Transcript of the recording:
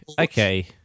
Okay